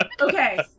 Okay